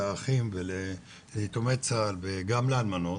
לאחים וליתומי צה"ל וגם לאלמנות,